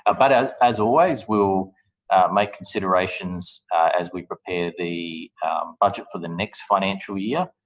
ah but, as as always, we'll make considerations as we prepare the budget for the next financial year.